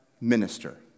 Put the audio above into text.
minister